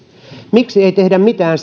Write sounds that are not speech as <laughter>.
miksi ei tehdä mitään <unintelligible>